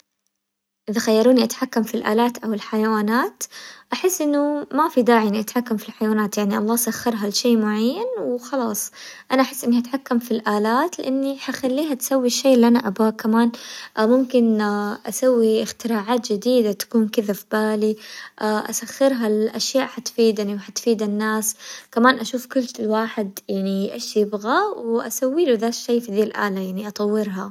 اذا خيروني اتحكم في الالات او الحيوانات، احس انه ما في داعي اني اتحكم في الحيوانات يعني الله سخرها لشي معين وخلاص، انا احس اني اتحكم في الالات لاني حخليها تسوي الشي اللي انا ابغاه كمان، ممكن اسوي اختراعات جديدة تكون كذا في بالي، اسخرها لاشياء حتفيدني وحتفيد الناس، كمان اشوف كل شيء الواحد يعني ايش يبغى واسوي له ذا الشي في ذي الالة يعني اطورها.